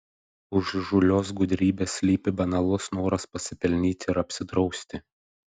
už įžūlios gudrybės slypi banalus noras pasipelnyti ir apsidrausti